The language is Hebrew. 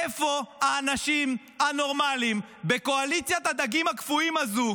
איפה האנשים הנורמליים בקואליציית הדגים הקפואים הזו,